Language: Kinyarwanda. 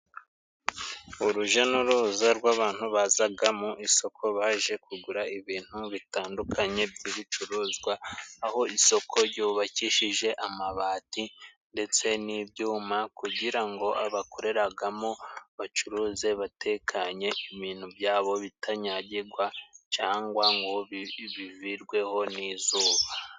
Uruja n'uruza rw'abantu bazaga mu isoko baje kugura ibintu bitandukanye by'ibicuruzwa aho isoko ryubakishije amabati ndetse n'ibyuma kugira ngo abakoreragamo bacuruze batekanye ibintu byabo bitanyagigwa cangwa ngo bivirweho n'izuba.